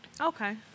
Okay